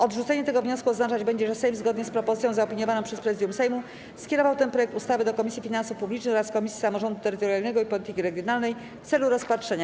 Odrzucenie tego wniosku oznaczać będzie, że Sejm, zgodnie z propozycją zaopiniowaną przez Prezydium Sejmu, skierował ten projekt ustawy do Komisji Finansów Publicznych oraz Komisji Samorządu Terytorialnego i Polityki Regionalnej w celu rozpatrzenia.